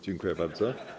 Dziękuję bardzo.